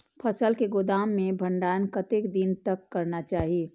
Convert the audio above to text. फसल के गोदाम में भंडारण कतेक दिन तक करना चाही?